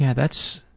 yeah that's